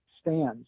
stands